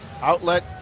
Outlet